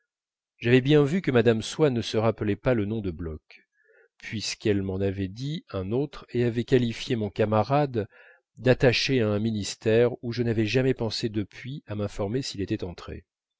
j'avais bien vu que mme swann ne se rappelait pas le nom de bloch puisqu'elle m'en avait dit un autre et avait qualifié mon camarade d'attaché à un ministère où je n'avais jamais pensé depuis à m'informer s'il était entré